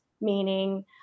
meaning